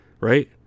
Right